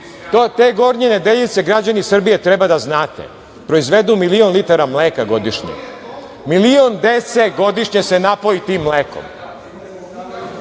Gornje Nedeljice, građani Srbije treba da znate, proizvedu milion litara mleka godišnje, milion dece se godišnje napoji tim mlekom. Šta